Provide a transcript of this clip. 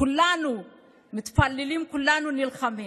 כולנו מתפללים, כולנו נלחמים,